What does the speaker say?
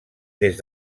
des